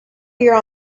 here